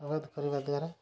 ଜବତ କରିବା ଦ୍ୱାରା